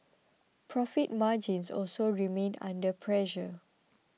profit margins also remained under pressure